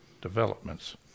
developments